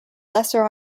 lesser